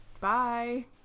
Bye